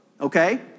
Okay